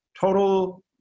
total